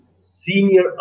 senior